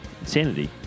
Insanity